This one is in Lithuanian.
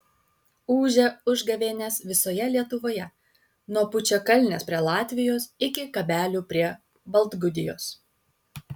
ūžia užgavėnės visoje lietuvoje nuo pučiakalnės prie latvijos iki kabelių prie baltgudijos